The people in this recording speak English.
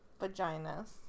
vaginas